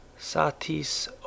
Satis